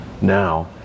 now